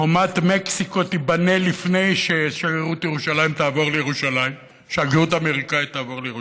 חומת מקסיקו תיבנה לפני שהשגרירות האמריקנית תעבור לירושלים,